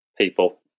people